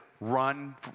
run